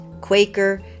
Quaker